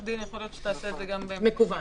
דין יכול להיות שתעשה את זה גם באמצעות דיגיטליים.